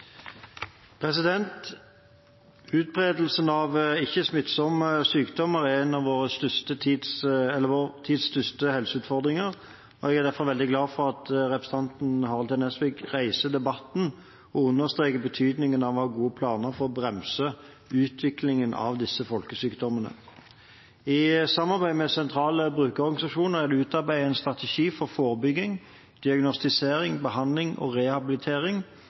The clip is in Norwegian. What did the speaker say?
Utbredelsen av ikke-smittsomme sykdommer er en av vår tids største helseutfordringer. Jeg er derfor veldig glad for at representanten Harald T. Nesvik reiser debatten og understreker betydningen av å ha gode planer for å bremse utviklingen av disse folkesykdommene. I samarbeid med sentrale brukerorganisasjoner er det utarbeidet en strategi for forebygging, diagnostisering, behandling og rehabilitering